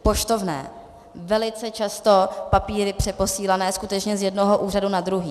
Poštovné velice často papíry přeposílané skutečně z jednoho úřadu na druhý.